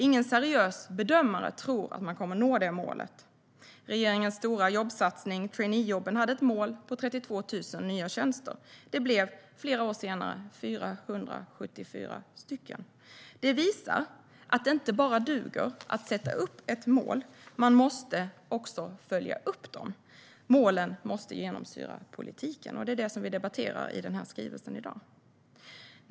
Ingen seriös bedömare tror att man kommer att nå det målet. Regeringens stora jobbsatsning, traineejobben, hade ett mål på 32 000 nya tjänster. Det blev, flera år senare, 474 stycken. Detta visar att det inte duger att bara sätta upp mål - man måste också följa upp dem. Målen måste genomsyra politiken, och det är det vi debatterar i den här skrivelsen i dag.